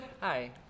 Hi